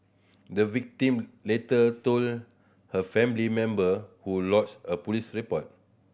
the victim later told her family member who lodged a police report